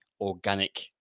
organic